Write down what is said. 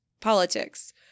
politics